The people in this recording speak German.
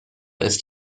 ist